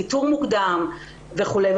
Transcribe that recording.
איתור מוקדם ועוד.